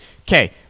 Okay